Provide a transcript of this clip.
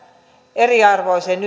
eriarvoiseen